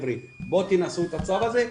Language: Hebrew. בואו תנסו את הצו הזה,